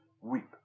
weep